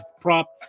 prop